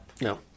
No